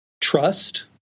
trust